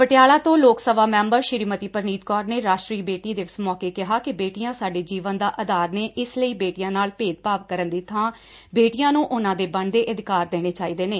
ਪਟਿਆਲਾ ਤੋ ਲੋਕ ਸਭਾ ਮੈਬਰ ਸ੍ਰੀਮਤੀ ਪ੍ਰਨੀਤ ਕੌਰ ਨੇ ਰਾਸ਼ਟਰੀ ਬੇਟੀ ਦਿਵਸ ਮੌਕੇ ਕਿਹਾ ਕਿ ਬੇਟੀਆਂ ਸਾਡੇ ਜੀਵਨ ਦਾ ਆਧਾਰ ਨੇ ਇਸ ਲਈ ਬੇਟੀਆਂ ਨਾਲ ਭੇਦਭਾਵ ਕਰਨ ਦੀ ਬਾਂ ਬੇਟੀਆਂ ਨੂੰ ਉਨੂਾਂ ਦੇ ਬਣਦੇ ਅਧਿਕਾਰ ਦੇਣੇ ਚਾਹੀਦੇ ਨੇ